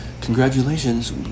congratulations